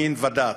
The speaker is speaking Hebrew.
מין ודת.